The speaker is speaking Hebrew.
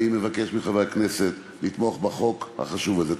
אני מבקש מחברי הכנסת לתמוך בחוק החשוב הזה.